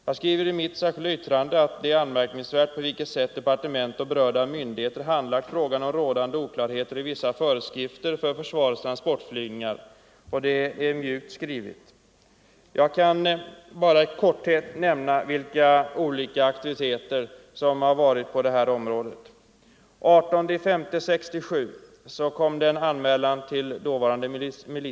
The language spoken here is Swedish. Jag skriver i mitt särskilda yttrande: ”Det är anmärkningsvärt på vilket sätt departement och berörda myndigheter handlagt frågan om rådande oklarheter i vissa föreskrifter för försvarets transportflygningar.” Det är mjukt skrivet. Jag skall i all korthet nämna de olika aktiviteter som förekommit på detta område. Den 18 maj 1967 kom en anmälan till dåvarande MO.